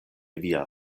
via